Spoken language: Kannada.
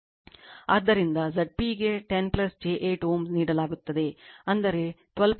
ಆದ್ದರಿಂದ Zp ಗೆ 10 j 8 Ω ನೀಡಲಾಗುತ್ತದೆ ಅಂದರೆ 12